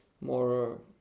more